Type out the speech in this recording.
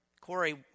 Corey